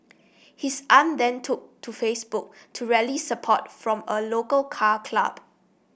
his aunt then took to Facebook to rally support from a local car club